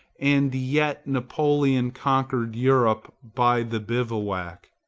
and yet napoleon conquered europe by the bivouac,